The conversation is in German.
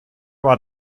war